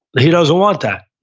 he doesn't want that.